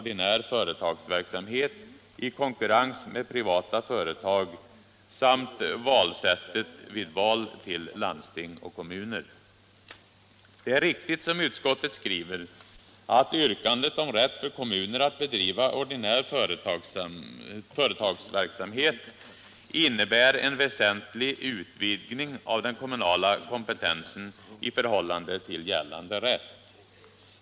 Det är riktigt som utskottet skriver, att yrkandet om rätt för kommuner att bedriva ordinär företagsverksamhet ”innebär en väsentlig utvidgning av den kommunala kompetensen i förhållande till gällande rätt”.